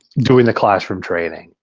doing the classroom training.